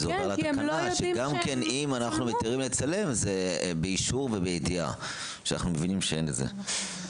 כי גם אם אנחנו מתירים לצלם אז באישור ובידיעה שאנחנו מבינים שאין לזה.